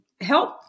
help